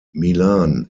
milan